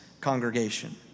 congregation